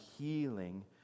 healing